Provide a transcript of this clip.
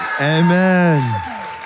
Amen